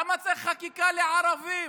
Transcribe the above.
למה צריך חקיקה לערבים?